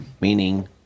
Meaning